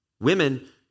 Women